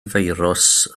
firws